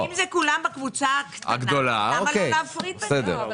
אם כולם בקבוצה הקטנה אז למה לא להפריד ביניהם?